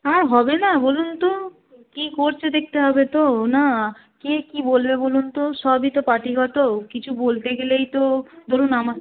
আর হবে না বলুন তো কী করছে দেখতে হবে তো না কে কী বলবে বলুন তো সবই তো পার্টিগত কিছু বলতে গেলেই তো ধরুন আমার